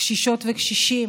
קשישות וקשישים,